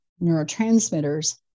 neurotransmitters